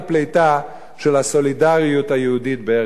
של הסולידריות היהודית בארץ-ישראל,